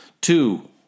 two